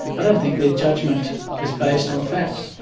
i don't think their judgment is based on fact.